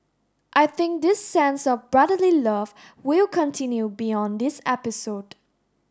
I think this sense of brotherly love will continue beyond this episode